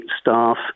staff